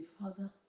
Father